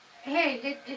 Hey